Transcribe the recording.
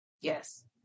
yes